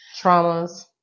traumas